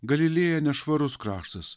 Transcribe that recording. galilėja nešvarus kraštas